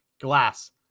glass